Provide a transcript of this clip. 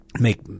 make